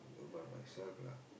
about myself lah